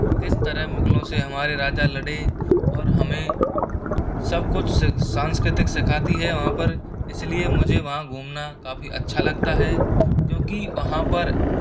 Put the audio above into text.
किस तरह मुगलों से हमारे राजा लड़े और हमे सब कुछ संस्कृति सिखाती है वहाँ पर इसलिए मुझे वहाँ घूमना काफ़ी अच्छा लगता है क्योंकि वहाँ पर